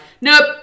nope